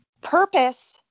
purpose